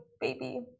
baby